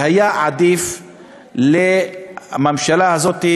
והיה עדיף לממשלה הזאת,